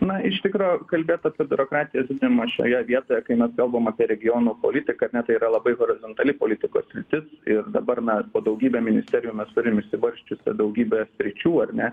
na iš tikro kalbėt apie biurokratijos didinimą šioje vietoje kai mes kalbam apie regionų politiką ar ne tai yra labai horizontali politikos sritis ir dabar na po daugybe ministerijų mes turim išsibarsčiusią daugybę sričių ar ne